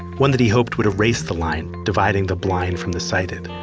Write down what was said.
one that he hoped would erase the line dividing the blind from the sighted.